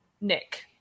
Nick